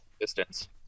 distance